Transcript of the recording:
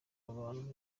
abantu